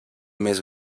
més